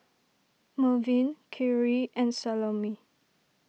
Mervin Khiry and Salome